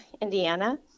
Indiana